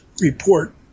report